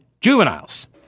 juveniles